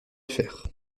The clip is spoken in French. faire